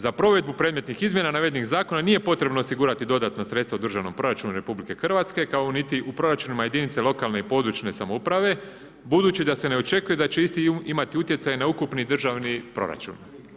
Za provedbu predmetnih izmjena navedenih zakona nije potrebno osigurati dodatna sredstva u državnom proračunu RH, kao niti u proračunima jedinica lokalne i područne samouprave, budući da se ne očekuje da će isti imati utjecaj na ukupni državni proračun.